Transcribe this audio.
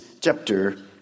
chapter